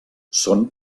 són